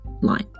Line